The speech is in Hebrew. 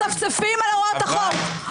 מצפצפים על הוראות החוק.